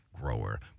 grower